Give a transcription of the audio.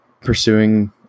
pursuing